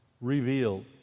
revealed